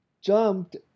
Jumped